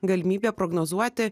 galimybė prognozuoti